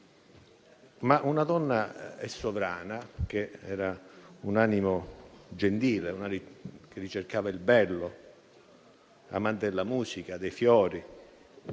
ma una donna sovrana dall'animo gentile, che ricercava il bello, amante della musica e dei fiori;